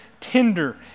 tender